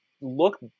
look